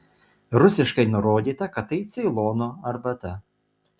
rusiškai nurodyta kad tai ceilono arbata